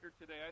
today